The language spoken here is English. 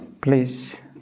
Please